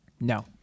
No